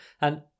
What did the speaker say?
and